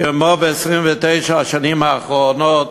כמו ב-29 השנים האחרונות,